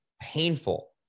painful